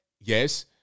Yes